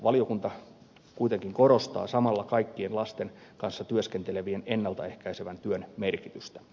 valiokunta kuitenkin korostaa samalla kaikkien lasten kanssa työskentelevien ennalta ehkäisevän työn merkitystä